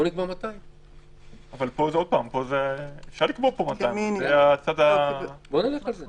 אז בוא נקבע 200. אפשר לקבוע פה 200. בוא נלך על זה.